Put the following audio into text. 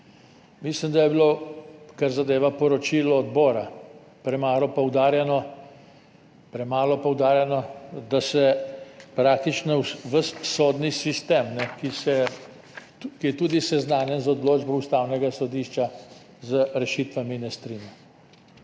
Mislim, da je bilo, kar zadeva poročilo odbora, premalo poudarjeno, premalo poudarjeno, da se praktično ves sodni sistem, ki je tudi seznanjen z odločbo Ustavnega sodišča, z rešitvami ne strinja.